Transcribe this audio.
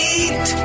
eat